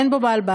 אין בו בעל-בית.